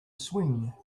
swing